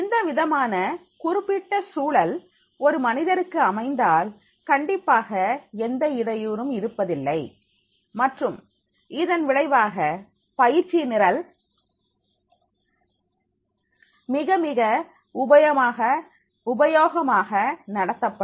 இந்தவிதமான குறிப்பிட்ட சூழல் ஒரு மனிதருக்கு அமைந்தால் கண்டிப்பாக எந்த இடையூறும் இருப்பதில்லை மற்றும் இதன் விளைவாக பயிற்சி நிரல் மிக மிக உபயோகமாக நடத்தப்படும்